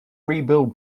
rebuild